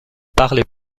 parlez